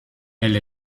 elle